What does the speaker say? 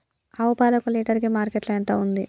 ఆవు పాలకు లీటర్ కి మార్కెట్ లో ఎంత ఉంది?